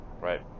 right